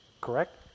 correct